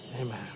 Amen